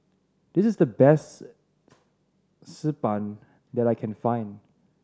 this is the best Xi Ban that I can find